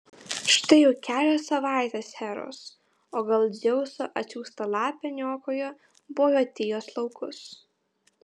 štai jau kelios savaitės heros o gal dzeuso atsiųsta lapė niokoja bojotijos laukus